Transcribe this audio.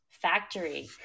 factory